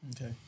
Okay